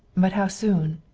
but how soon?